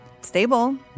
stable